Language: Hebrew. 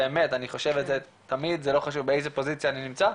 באמת אני חושב את זה תמיד זה לא חושב באיזה פוזיציה אני נמצא,